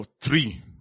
Three